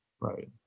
right